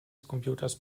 computers